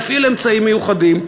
נפעיל אמצעים מיוחדים,